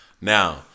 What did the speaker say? Now